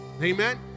Amen